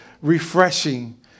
refreshing